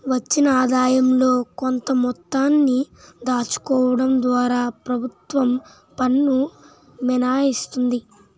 వచ్చిన ఆదాయంలో కొంత మొత్తాన్ని దాచుకోవడం ద్వారా ప్రభుత్వం పన్ను మినహాయిస్తుంది